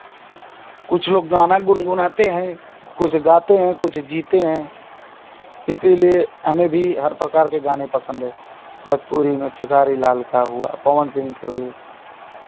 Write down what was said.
कुछ लोग गाना गुनगुनाते हैं कुछ गाते हैं कुछ जीते हैं इसलिए हमें भी हर प्रकार के गाने पसन्द हैं भजपुरी में खेसारी लाल का हुआ पवन सिंह का हुए